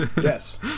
yes